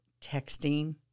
texting